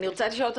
רציתי לשאול אותך,